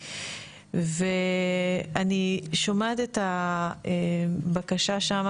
ואני שומעת את הבקשה שם,